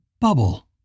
bubble